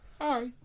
hi